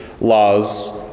laws